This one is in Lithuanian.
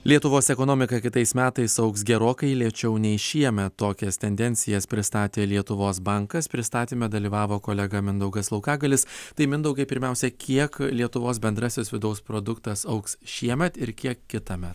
lietuvos ekonomika kitais metais augs gerokai lėčiau nei šiemet tokias tendencijas pristatė lietuvos bankas pristatyme dalyvavo kolega mindaugas laukagalis tai mindaugai pirmiausia kiek lietuvos bendrasis vidaus produktas augs šiemet ir kiek kitąmet